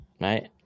Right